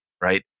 Right